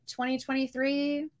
2023